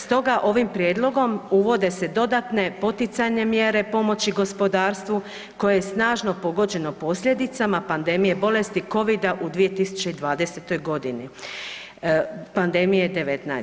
Stoga ovim prijedlogom uvode se dodatne poticajne mjere pomoći gospodarstvu koje je snažno pogođeno posljedicama pandemije bolesti COVID-a u 2020. godini pandemije 19.